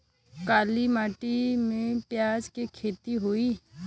काली माटी में प्याज के खेती होई?